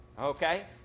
Okay